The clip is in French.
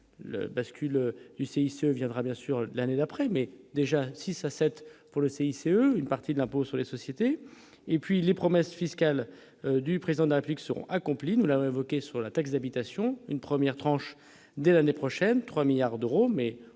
bascule du CIC reviendra bien sûr l'année d'après, mais déjà 6 à 7 pour le le CICE, une partie de l'impôt sur les sociétés et puis les promesses fiscales du président n'applique seront accomplis, nous l'avons évoqué sur la taxe d'habitation, une première tranche dès l'année prochaine 3 milliards d'euros, mais